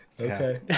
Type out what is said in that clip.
okay